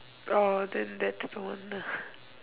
oh then that's the one ah